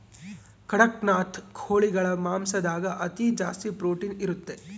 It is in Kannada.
ಕಡಖ್ನಾಥ್ ಕೋಳಿಗಳ ಮಾಂಸದಾಗ ಅತಿ ಜಾಸ್ತಿ ಪ್ರೊಟೀನ್ ಇರುತ್ತೆ